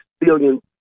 billion